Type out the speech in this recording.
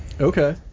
Okay